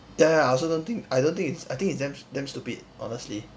ya ya I also don't think I don't think is I think is damn damn stupid honestly